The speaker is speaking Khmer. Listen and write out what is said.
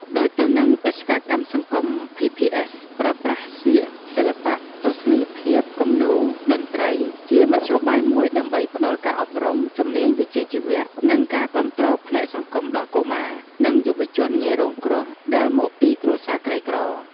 ដូចទៅនឹងបេសកកម្មសង្គម ភី ភី អេស ប្រើប្រាស់ សៀក សិល្បៈទស្សនីយភាព គំនូរ តន្ត្រី ជាមធ្យោបាយមួយដើម្បីផ្តល់ការអប់រំ ជំនាញវិជ្ជាជីវៈ និងការគាំទ្រផ្នែកសង្គមដល់កុមារ និងយុវជនងាយរងគ្រោះ ដែលមកពីគ្រួសារក្រីក្រ ។